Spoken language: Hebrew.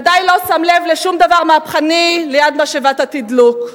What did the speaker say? ודאי לא שם לב לשום דבר מהפכני ליד משאבת התדלוק.